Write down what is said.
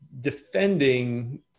defending